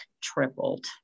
tripled